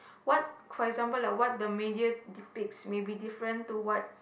what for example like what the media depicts maybe different to what